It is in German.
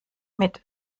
mit